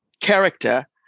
character